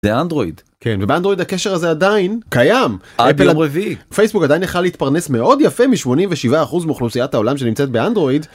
אנדרואיד כן ובאנדרואיד הקשר הזה עדיין קיים פייסבוק עדיין יכול להתפרנס מאוד יפה מ-87% מאוכלוסיית העולם שנמצאת באנדרואיד.